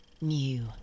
new